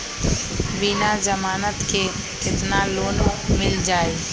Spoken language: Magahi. बिना जमानत के केतना लोन मिल जाइ?